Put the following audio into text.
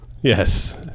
Yes